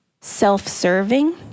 self-serving